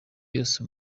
yose